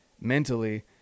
mentally